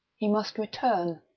he must return.